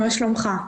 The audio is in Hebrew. מה שלומך?